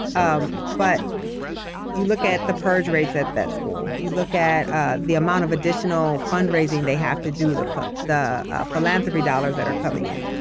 um but you look at the purge rates at that school, you look at ah the amount of additional fundraising they have to do, the the philanthropy dollars that are coming in.